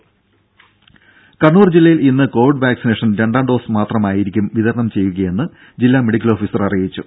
രംഭ കണ്ണൂർ ജില്ലയിൽ ഇന്ന് Covid vaccination രണ്ടാം ഡോസ് മാത്രമായിരിക്കും വിതരണം ചെയ്യുകയെന്ന് ജില്ലാ മെഡിക്കൽ ഓഫീസർ അറിയിച്ചു